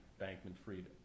Bankman-Fried